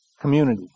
community